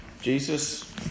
Jesus